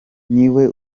niwe